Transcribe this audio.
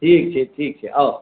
ठीक छै ठीक छै आउ